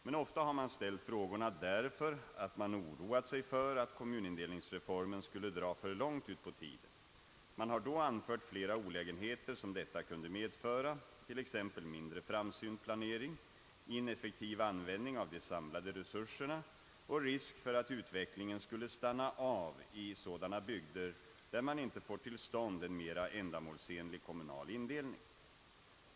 Men ofta har man ställt frågorna därför att man oroat sig för att kommunindelningsreformen skulle dra för långt ut på tiden. Man har då anfört flera olägenheter som detta kunde medföra, t.ex. mindre framsynt planering, ineffektiv användning av de samlade resurserna och risk för att utvecklingen skulle stanna av i sådana bygder där man inte får till stånd en mera ändamålsenlig kommunal indelning.